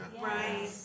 Right